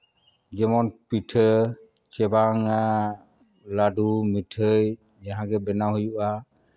ᱡᱮᱢᱚᱱ ᱯᱤᱴᱷᱟᱹ ᱪᱮ ᱵᱟᱝ ᱟ ᱞᱟᱹᱰᱩ ᱢᱤᱴᱷᱟᱹᱭ ᱡᱟᱦᱟᱸᱜᱮ ᱵᱮᱱᱟᱣ ᱦᱩᱭᱩᱜᱼᱟ